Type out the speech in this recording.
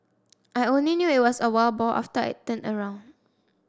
I only knew it was a wild boar after I turned around